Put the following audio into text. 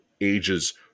ages